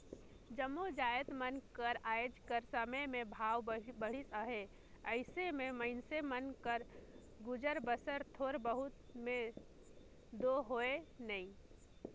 जम्मो जाएत मन कर आएज कर समे में भाव बढ़िस अहे अइसे में मइनसे मन कर गुजर बसर थोर बहुत में दो होए नई